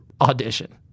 audition